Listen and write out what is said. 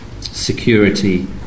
security